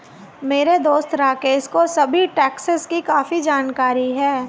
मेरे दोस्त राकेश को सभी टैक्सेस की काफी जानकारी है